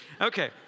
Okay